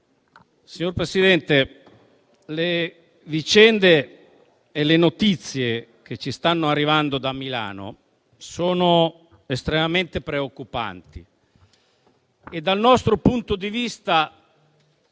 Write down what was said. signor Presidente. Le vicende e le notizie che ci stanno arrivando da Milano sono estremamente preoccupanti. Dal nostro punto di vista,